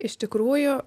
iš tikrųjų